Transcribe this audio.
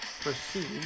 proceed